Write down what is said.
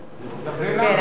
כן,